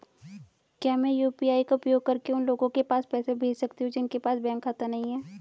क्या मैं यू.पी.आई का उपयोग करके उन लोगों के पास पैसे भेज सकती हूँ जिनके पास बैंक खाता नहीं है?